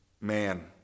man